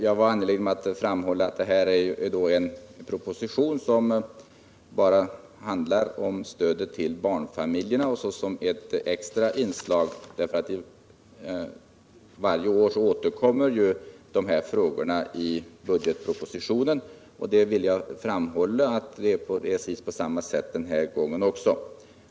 Jag var angelägen om att framhålla att den här propositionen enbart handlar om stödet till barnfamiljerna. Det större frågekomplexet på detta område återkommer varje år i budgetpropositionen, och så även denna gång.